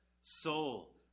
soul